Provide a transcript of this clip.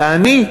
ואני,